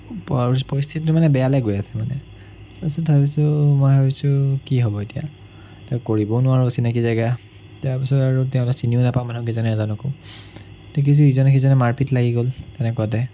আৰু পৰিস্থিতিটো মানে বেয়ালৈ গৈ আছে মানে তাৰপিছত ভাবিছোঁ মই ভাবিছোঁ কি হ'ব এতিয়া একো কৰিবও নোৱাৰোঁ অচিনাকি জেগা তাৰপিছত আৰু তেওঁলোকক চিনিও নাপাওঁ মানুহকেইজনৰ এজনকো দেখিছোঁ ইজনে সিজনে মাৰপিট লাগি গ'ল তেনেকুৱাতে